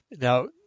now